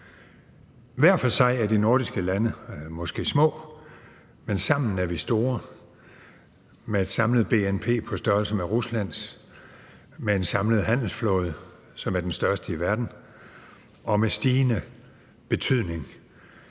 Hver for sig er de nordiske lande måske små, men sammen er vi store med et samlet bnp på størrelse med Ruslands, med en samlet handelsflåde, som er den største i verden, og med stigende betydning